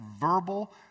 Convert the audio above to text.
verbal